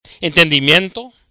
entendimiento